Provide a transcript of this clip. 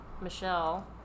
michelle